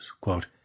quote